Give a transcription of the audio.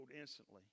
instantly